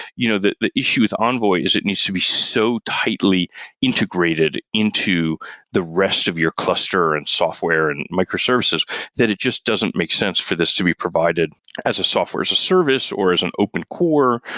you know the the issues with envoy is it needs to be used so tightly integrated into the rest of your cluster and software and microservices that it just doesn't make sense for this to be provided as a software as a service or as an open core,